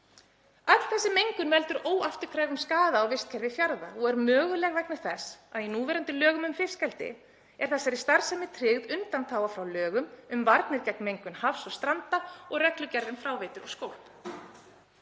Öll þessi mengun veldur óafturkræfum skaða á vistkerfi fjarða og er möguleg vegna þess að í núverandi lögum um fiskeldi er þessari starfsemi tryggð undanþága frá lögum um varnir gegn mengun hafs og stranda og reglugerð um fráveitur og skólp.